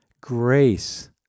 Grace